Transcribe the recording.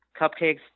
Cupcakes